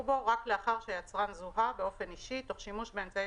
בו רק לאחר שהיצרן זוהה באופן אישי תוך שימוש באמצעי